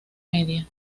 media